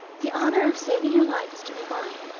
the honor of saving your life is to be mine,